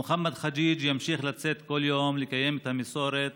מוחמד חג'יג' ימשיך לצאת בכל יום לקיים את המסורת